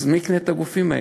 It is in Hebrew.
אז מי יקנה את הגופים האלה?